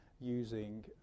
using